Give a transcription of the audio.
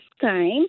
time